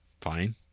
fine